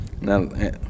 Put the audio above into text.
Now